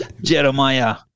Jeremiah